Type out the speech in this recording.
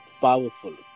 powerful